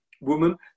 woman